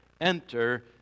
enter